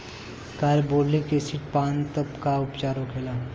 Carbolic acid पान तब का उपचार होखेला?